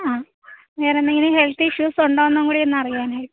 ആ വേറെ എന്തെങ്കിലും ഹെൽത്ത് ഇഷ്യൂസ് ഉണ്ടോ എന്നും കൂടി ഒന്ന് അറിയാനായി